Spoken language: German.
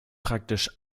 praktisch